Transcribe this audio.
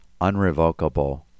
unrevocable